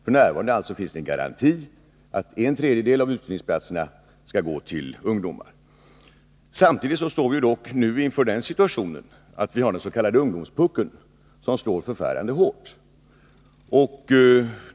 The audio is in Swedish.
F. n. finns det en garanti som innebär att en tredjedel av utbildningsplatserna skall gå till ungdomar. Samtidigt står vi nu inför den situationen att vi har den s.k. ungdomspuckeln, vars effekter slår förfärande hårt.